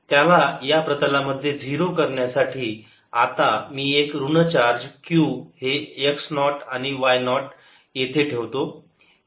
त्याला या प्रतलामध्ये 0 करण्यासाठी आता मी एक ऋण चार्ज q हे x नॉट आणि y 0 येथे ठेवतो